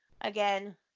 Again